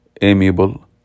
amiable